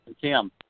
Kim